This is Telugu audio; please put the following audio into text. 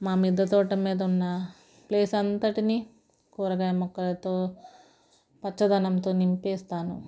మా మిద్దె తోట మీద ఉన్న ప్లేస్ అంతటిని కూరగాయ మొక్కలతో పచ్చదనంతో నింపేస్తాను